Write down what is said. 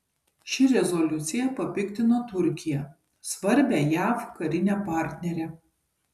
ši rezoliucija papiktino turkiją svarbią jav karinę partnerę